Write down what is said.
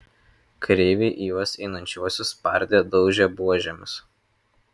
kareiviai į juos einančiuosius spardė daužė buožėmis